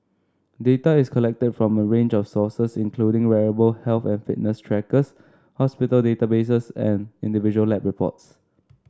data is collected from a range of sources including wearable health and fitness trackers hospital databases and individual lab reports